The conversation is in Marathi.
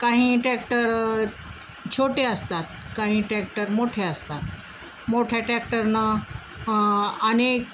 काही टॅक्टर छोटे असतात काही टॅक्टर मोठे असतात मोठ्या टॅक्टरनं अनेक